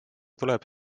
tuleb